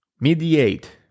mediate